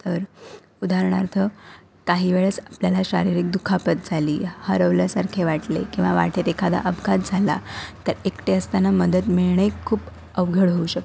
तर उदाहरणार्थ काही वेळेस आपल्याला शारीरिक दुखापत झाली हरवल्यासारखे वाटले किंवा वाटेत एखादा अपघात झाला तर एकटे असताना मदत मिळणे खूप अवघड होऊ शकतो